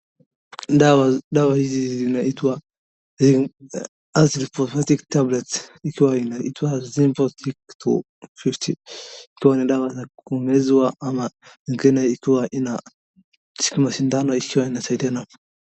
Dawa hizi zinaitwa azithromycin tablets zikiwa zinaitwa zinthetic 250 ikiwa ni dawa za kumezwa ama zikiwa ikiwa na mashindano ikiwa inasaidiana.